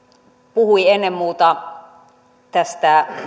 puhui ennen muuta tästä